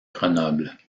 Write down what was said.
grenoble